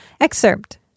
excerpt